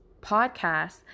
podcast